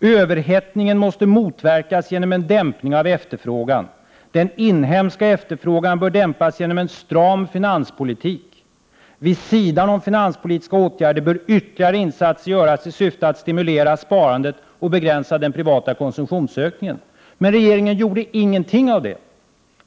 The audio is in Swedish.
Överhettningen måste motverkas genom en dämpning av efterfrågan. Den inhemska efterfrågan bör dämpas genom en stram finanspolitik. Vid sidan om finanspolitiska åtgärder bör ytterligare insatser göras i syfte att stimulera sparandet och begränsa den privata konsumtionsökningen. Men regeringen gjorde ingenting av detta.